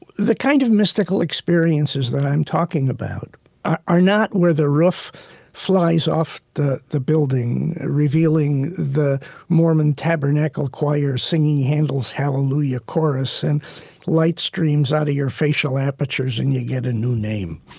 the kind of mystical experiences that i'm talking about are are not where the roof flies off the the building, revealing the mormon tabernacle choir singing handel's hallelujah chorus, and light streams out of your facial apertures and you get a new name.